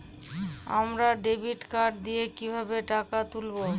আমরা debit card দিয়ে কিভাবে টাকা তুলবো?